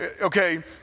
Okay